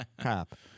cop